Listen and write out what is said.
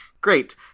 great